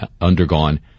undergone